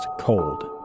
Cold